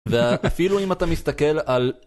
ואפילו אם אתה מסתכל על...